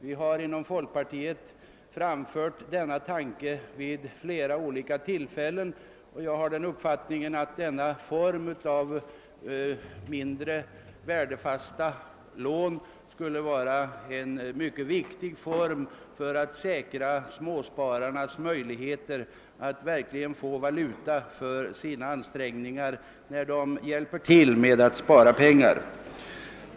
Vi har inom folkpartiet framfört denna tanke vid flera olika tillfällen, och jag har den uppfattningen att en form av mindre, värdefasta lån skulle vara av mycket stor betydelse när det gäller småspararnas möjligheter att verkligen få valuta för sina ansträngningar att hjälpa till med att spara pengar.